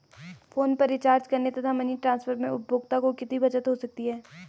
Phone पर recharge करने तथा मनी ट्रांसफर में उपभोक्ता को कितनी बचत हो सकती है?